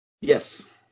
Yes